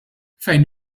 fejn